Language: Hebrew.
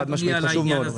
חד משמעית, חשוב מאוד.